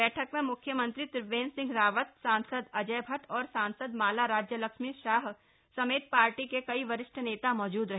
बैठक में मुख्यमंत्री त्रिवेंद्र सिंह रावत सांसद अजय भट्ट और सांसद माला राज्य लक्ष्मी शाह समेत पार्टी के कई वरिष्ठ नेता मौजूद रहे